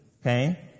okay